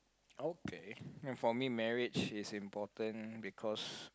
okay for me marriage is important because